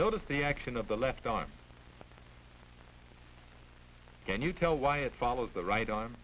notice the action of the left arm can you tell why it follows the right on